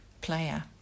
player